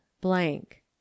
blank